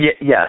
Yes